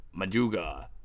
Maduga